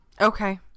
Okay